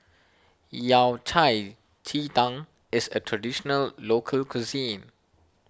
Yao Cai Ji Tang is a Traditional Local Cuisine